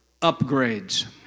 upgrades